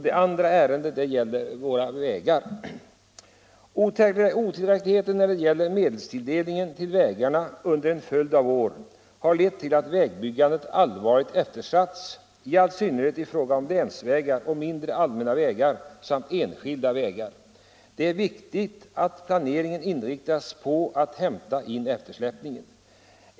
Det andra ärendet gäller våra vägar. Otillräckligheten i medelstilldelningen till vägarna under en följd av år har lett till att vägbyggandet allvarligt eftersatts i all synnerhet i fråga om länsvägar och mindre, allmänna vägar samt enskilda vägar. Det är viktigt att planeringen inriktas på att hämta in eftersläpningen.